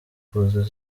kuza